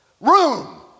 room